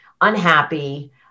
unhappy